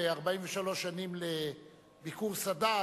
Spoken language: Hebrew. ב-34 שנים לביקור סאדאת,